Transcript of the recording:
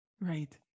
Right